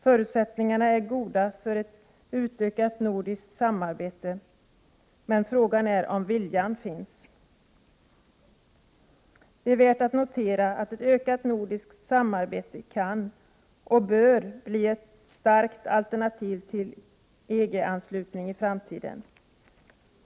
Förutsättningarna är goda för ett utökat nordiskt samarbete, men frågan är om viljan finns. Det är värt att notera att ett ökat nordiskt samarbete kan och bör bli ett starkt alternativ till EG-anslutning i framtiden.